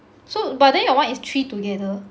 so but then your [one] is three together